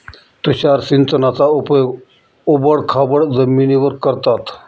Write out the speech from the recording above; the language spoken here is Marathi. तुषार सिंचनाचा उपयोग ओबड खाबड जमिनीवर करतात